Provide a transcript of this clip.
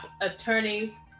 attorneys